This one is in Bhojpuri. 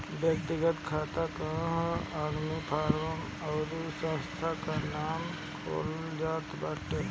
व्यक्तिगत खाता कवनो आदमी, फर्म अउरी संस्था के नाम पअ खोलल जात बाटे